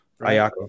Ayako